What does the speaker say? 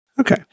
Okay